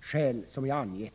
93 skälen.